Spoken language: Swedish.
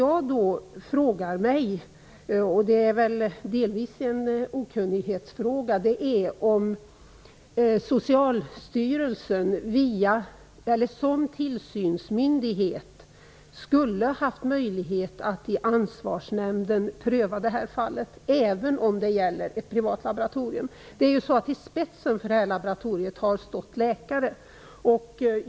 Jag frågar mig - och det är väl delvis en fråga som beror på okunnighet - om Socialstyrelsen som tillsynsmyndighet skulle haft möjlighet att pröva det här fallet i Ansvarsnämnden även om det gäller ett privat laboratorium. I spetsen för det här laboratoriet har det stått läkare.